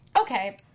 Okay